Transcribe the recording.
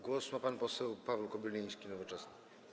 Głos ma pan poseł Paweł Kobyliński, Nowoczesna.